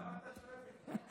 למה אתה שואל בכלל?